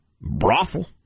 brothel